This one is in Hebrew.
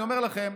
אני אומר לכם,